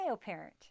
parent